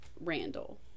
Randall